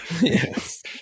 Yes